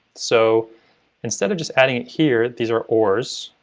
so instead of just adding here, these are or's,